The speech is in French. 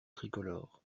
tricolore